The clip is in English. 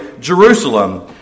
Jerusalem